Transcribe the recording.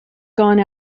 gone